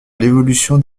l’évolution